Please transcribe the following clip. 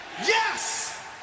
yes